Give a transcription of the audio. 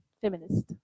Feminist